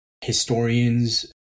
historians